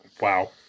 Wow